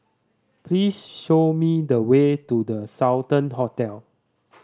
please show me the way to The Sultan Hotel